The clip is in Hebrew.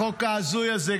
החוק ההזוי הזה,